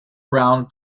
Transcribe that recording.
round